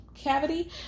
cavity